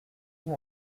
vous